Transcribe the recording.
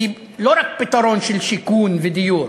היא לא רק פתרון של שיכון ודיור